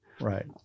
Right